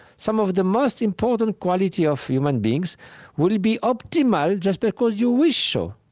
some of the most important qualities of human beings will be optimal just because you wish so?